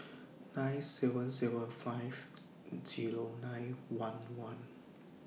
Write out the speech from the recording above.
nine seven seven five Zero nine one one